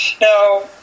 Now